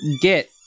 Get